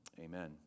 Amen